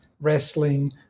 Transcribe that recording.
wrestling